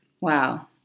Wow